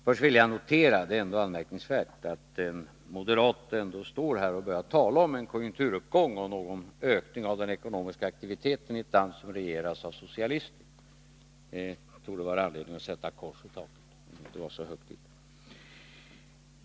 Först vill jag notera — det är ändå anmärkningsvärt — att en moderat står här och börjar tala om en konjunkturuppgång och en ökning av den ekonomiska aktiviteten i ett land som regeras av socialister. Det torde vara anledning att sätta kors i taket — om det inte vore så högt dit.